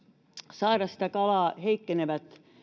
saada sitä kalaa heikkenevät